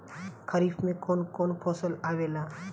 खरीफ में कौन कौन फसल आवेला?